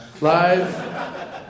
Live